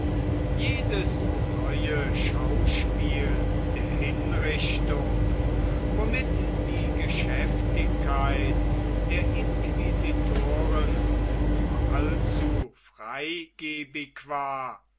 jedes neue schauspiel der hinrichtung womit die geschäftigkeit der inquisitoren nur allzu freigebig war